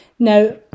Now